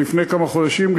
לפני כמה חודשים,